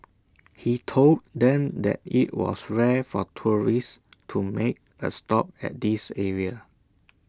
he told them that IT was rare for tourists to make A stop at this area